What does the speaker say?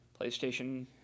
PlayStation